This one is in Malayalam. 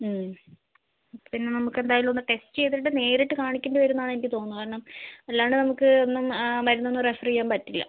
മ് പിന്നെ നമുക്ക് എന്തായാലും ഒന്ന് ടെസ്റ്റ് ചെയ്തിട്ട് നേരിട്ട് കാണിക്കേണ്ടി വരും എന്നാണ് എനിക്ക് തോന്നുന്നത് കാരണം അല്ലാണ്ട് നമുക്ക് മരുന്നൊന്നും റെഫർ ചെയ്യാൻ പറ്റില്ല